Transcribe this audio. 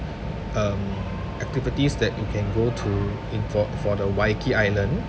um activities that you can go to in for for the waiheke island